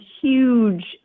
huge